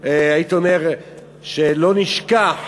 שלא נשכח